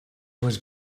was